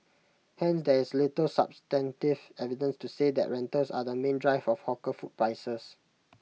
hence there is little substantive evidence to say that rentals are the main driver of hawker food prices